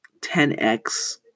10x